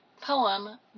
poem